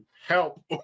help